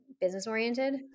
business-oriented